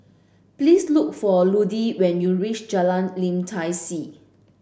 please look for Ludie when you reach Jalan Lim Tai See